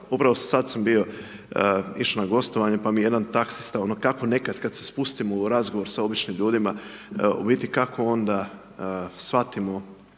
Upravo sada sam bio, išao na gostovanje, pa mi jedan taksista, ono, kako nekad kada se spustim u razgovor s običnim ljudima, u biti kako onda shvatimo,